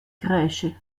kruisje